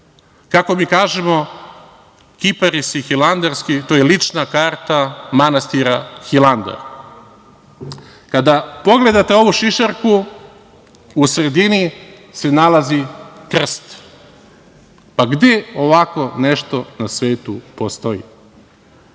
Kako mi kažemo, kiparisi hilandarski – to je lična karta manastira Hilandar. Kada pogledate ovu šišarku u sredini se nalazi krst. Gde ovako nešto na svetu postoji?